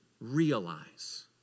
realize